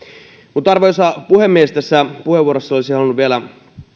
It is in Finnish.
mutta arvoisa puhemies tässä puheenvuorossa olisin halunnut vielä